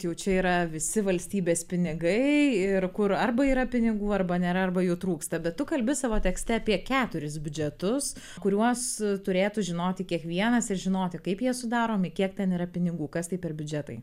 jau čia yra visi valstybės pinigai ir kur arba yra pinigų arba nėra arba jų trūksta bet tu kalbi savo tekste apie keturis biudžetus kuriuos turėtų žinoti kiekvienas ir žinoti kaip jie sudaromi kiek ten yra pinigų kas tai per biudžetai